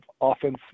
offense